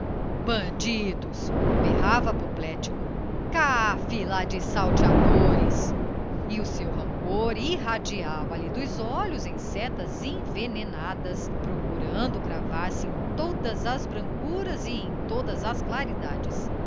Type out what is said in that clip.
bandidos berrava apoplético cáfila de salteadores e o seu rancor irradiava lhe dos olhos em setas envenenadas procurando cravar se em todas as brancuras e em todas as claridades